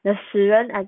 the 死人 I